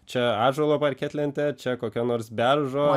čia ąžuolo parketlentė čia kokia nors beržo